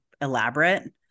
elaborate